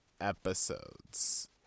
episodes